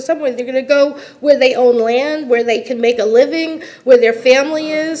somewhere they're going to go where they only and where they can make a living when their family is